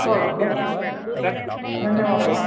अस्तु ध धन्यवादः